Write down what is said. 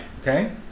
okay